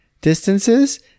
distances